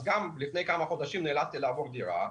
לפני כמה חודשים נאלצתי לעבור דירה,